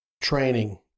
Training